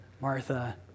Martha